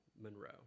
Monroe